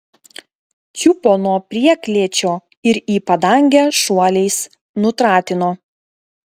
čiupo nuo prieklėčio ir į padangę šuoliais nutratino